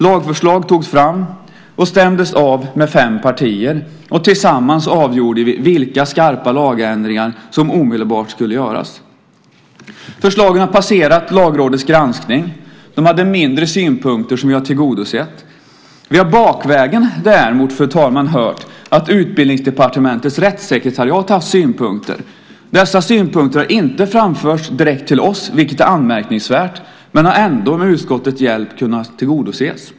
Lagförslag togs fram och stämdes av med fem partier. Tillsammans avgjorde vi vilka skarpa lagändringar som omedelbart skulle göras. Förslagen har passerat Lagrådets granskning. De hade mindre synpunkter som vi har tillgodosett. Vi har bakvägen däremot, fru talman, hört att Utbildningsdepartementets rättssekretariat har haft synpunkter. Dessa synpunkter har inte framförts direkt till oss, vilket är anmärkningsvärt, men har ändå med utskottets hjälp tillgodosetts.